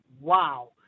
wow